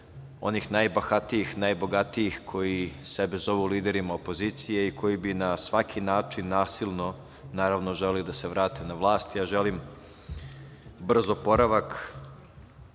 onih najbahatijih, najbogatijih, koji sebe zovu liderima opozicije i koji bi na svaki način nasilno želeli da se vrate na vlast. Želim brz oporavak